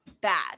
bad